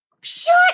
Shut